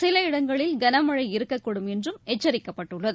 சில இடங்களில் கனமழை இருக்கக்கூடும் என்றும் எச்சரிக்கப்பட்டுள்ளது